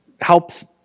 helps